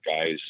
guys